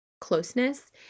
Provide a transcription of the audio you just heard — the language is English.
closeness